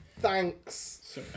thanks